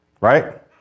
right